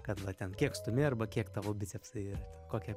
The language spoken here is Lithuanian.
kad va ten kiek stumi arba kiek tavo bicepsai yra ten kokia